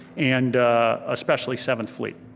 and especially seventh fleet.